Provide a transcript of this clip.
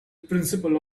principle